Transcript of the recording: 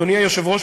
אדוני היושב-ראש,